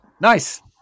Nice